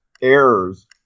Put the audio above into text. errors